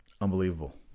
Unbelievable